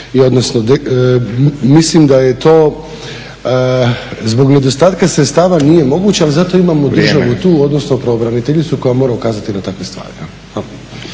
mislim da je to zbog nedostatka nije moguće ali zato imamo državu tu odnosno pravobraniteljicu koja mora ukazati na takve stvari.